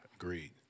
Agreed